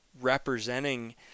representing